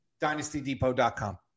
DynastyDepot.com